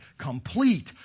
complete